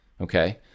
okay